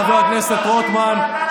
חבר הכנסת רוטמן,